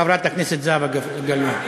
חברת הכנסת זהבה גלאון.